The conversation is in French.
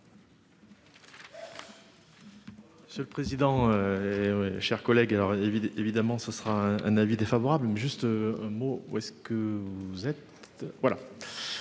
Monsieur le président. Chers collègues leur. Évidemment, ce sera un avis défavorable mais juste un mot ou est-ce que vous êtes.